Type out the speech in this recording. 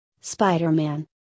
Spider-Man